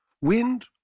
Wind